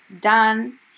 done